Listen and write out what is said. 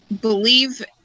believe